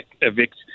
evict